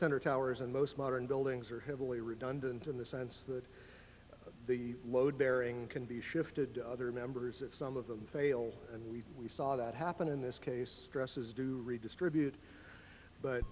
center towers and most modern buildings are heavily redundant in the sense that the load bearing can be shifted to other members if some of them fail and we saw that happen in this case stresses do redistribute but